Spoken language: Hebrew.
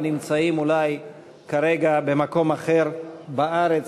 או הנמצאים אולי כרגע במקום אחר בארץ.